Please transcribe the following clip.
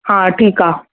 हा ठीकु आहे